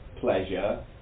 pleasure